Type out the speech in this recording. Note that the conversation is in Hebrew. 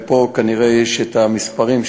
ופה כנראה ישנם המספרים,